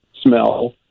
smell